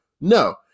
no